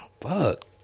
Fuck